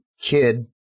kid